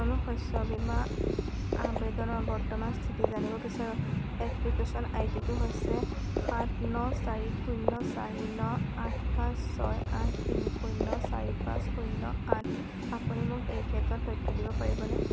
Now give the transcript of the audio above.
মই মোৰ শস্য বীমা আবেদনৰ বৰ্তমানৰ স্থিতি জানিব বিচাৰোঁ এপ্লিকেচন আই ডিটো হৈছে সাত ন চাৰি শূন্য চাৰি ন আঠ পাঁচ ছয় আঠ তিনি শূন্য চাৰি পাঁচ শূন্য আঠ আপুনি মোক এই ক্ষেত্ৰত তথ্য দিব পাৰিবনে